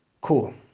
Cool